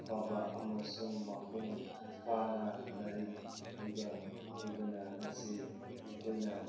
ꯑꯐꯕ ꯑꯃꯁꯨꯡ ꯃꯄꯨꯡ ꯐꯥꯅ ꯂꯥꯏꯔꯤꯛ ꯍꯩꯕ ꯑꯣꯏꯕꯅ ꯉꯁꯤ ꯑꯩꯈꯣꯏꯅ